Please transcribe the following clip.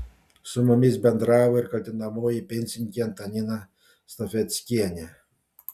su mumis bendravo ir kaltinamoji pensininkė antanina stafeckienė